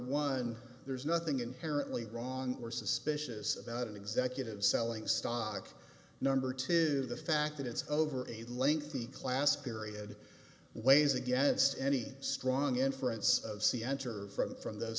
one there's nothing inherently wrong or suspicious about executives selling stock number two the fact that it's over a lengthy class period weighs against any strong inference of c enter from from those